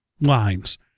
lines